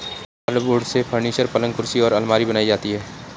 hardwood से furniture, पलंग कुर्सी और आलमारी बनाई जाती है